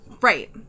right